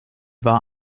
war